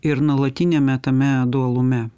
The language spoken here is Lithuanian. ir nuolatiniame tame dualume